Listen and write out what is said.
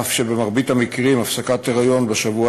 אף שבמרבית המקרים הפסקת היריון בשבוע